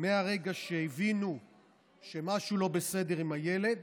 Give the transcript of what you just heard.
מהרגע שהבינו שמשהו לא בסדר עם הילד,